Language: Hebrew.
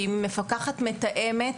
שהיא מפקחת מתאמת